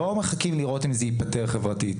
לא מחכים לראות אם זה ייפתר חברתית.